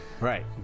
right